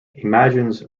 imagines